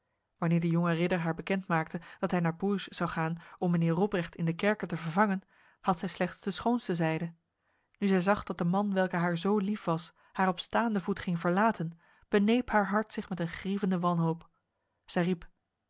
wanneer de jonge ridder haar bekendmaakte dat hij naar bourges zou gaan om mijnheer robrecht in de kerker te vervangen had zij slechts de schoonste zijde nu zij zag dat de man welke haar zo lief was haar op staande voet ging verlaten beneep haar hart zich met een grievende wanhoop zij riep